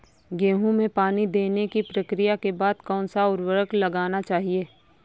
गेहूँ में पानी देने की प्रक्रिया के बाद कौन सा उर्वरक लगाना चाहिए?